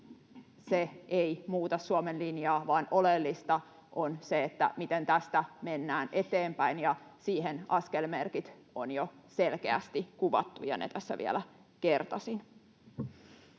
ei muuta Suomen linjaa, vaan oleellista on se, miten tästä mennään eteenpäin, ja siihen askelmerkit on jo selkeästi kuvattu ja ne tässä vielä kertasin.